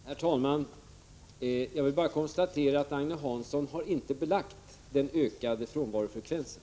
Herr talman! Jag vill bara konstatera att Agne Hansson inte har belagt den ökade frånvarofrekvensen.